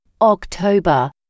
October